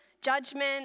judgment